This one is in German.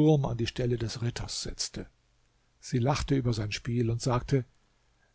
an die stelle des ritters setzte sie lachte über sein spiel und sagte